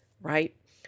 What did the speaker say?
right